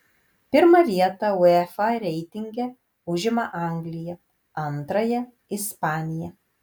pirmą vietą uefa reitinge užima anglija antrąją ispanija